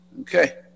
okay